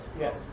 Yes